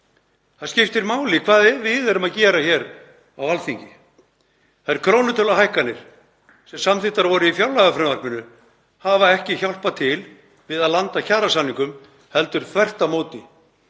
Það skiptir máli hvað við erum að gera hér á Alþingi. Þær krónutöluhækkanir sem samþykktar voru í fjárlagafrumvarpinu hafa ekki hjálpað til við að landa kjarasamningum heldur þvert á móti.